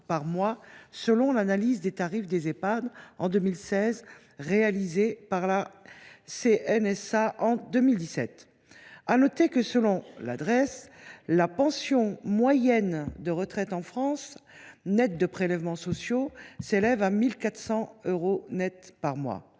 selon l’analyse des tarifs des Ehpad réalisée en 2017 par la CNSA. À noter que, selon la Drees, la pension moyenne de retraite en France, nette de prélèvements sociaux, s’élève à 1 400 euros net par mois.